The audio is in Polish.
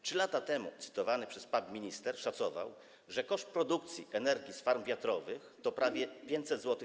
3 lata temu cytowany przez PAP minister szacował, że koszt produkcji energii z farm wiatrowych to prawie 500 zł/MWh.